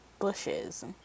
bushes